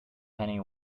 penny